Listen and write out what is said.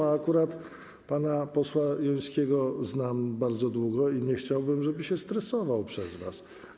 Akurat pana posła Jońskiego znam bardzo długo i nie chciałbym, żeby się stresował przez was.